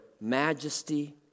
majesty